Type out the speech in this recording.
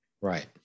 Right